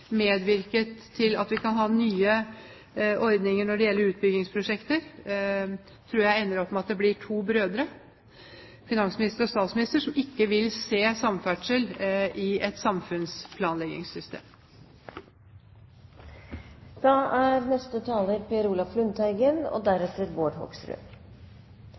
medvirket til at vi kan ha nye ordninger for utbyggingsprosjekter, tror jeg ender opp med å bli to brødre, finansminister og statsminister, som ikke vil se samferdsel i et samfunnsplanleggingssystem. Det er en viktig debatt som interpellasjonen reiser. Det er store behov, og